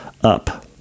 up